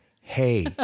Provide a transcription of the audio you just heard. hey